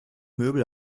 möbel